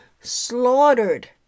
slaughtered